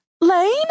Lane